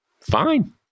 Fine